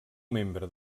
membre